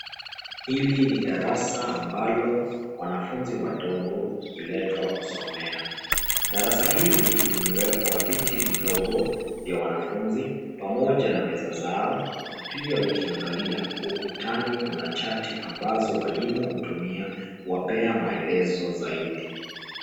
Hili ni darasa ambalo wanafunzi wadogo huletwa kusomea. Darasa hili limewekwa viti vidogo vya wanafunzi pamoja na meza zao na pia ukiangalia ukutani kuna chati ambazo walimu hutumia kuwapea maelezo zaidi.